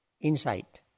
insight